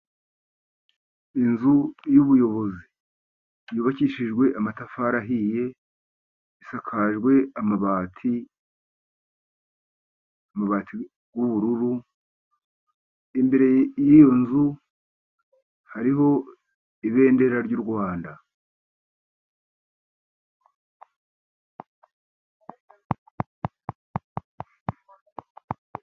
iInzu y'ubuyobozi yubakishijwe amatafari ahiye, isakajwe amabati, amabati y'ubururu imbere y'iyo nzu hariho ibendera ry'u Rwanda.